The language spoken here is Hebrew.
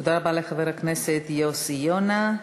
תודה רבה לחבר הכנסת יוסי יונה.